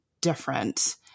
different